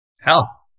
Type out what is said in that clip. hell